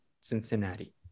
Cincinnati